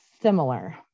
similar